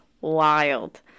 Wild